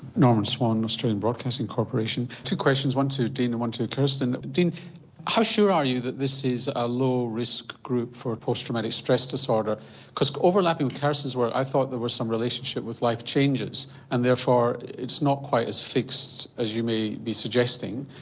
norman swan, australian broadcasting corporation, two questions one to deane and one to karestan. deane how sure are you that this is a low risk group for post traumatic stress disorder because overlapping with karestan's work i thought there was some relationship with life changes and therefore it's not quite as fixed as you may be suggesting.